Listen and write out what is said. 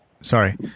Sorry